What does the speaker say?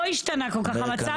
לא התשנה כל כך המצב.